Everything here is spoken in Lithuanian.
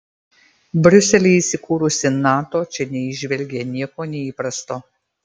briuselyje įsikūrusi nato čia neįžvelgė nieko neįprasto